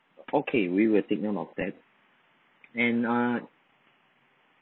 okay we will take note of that and uh